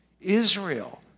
Israel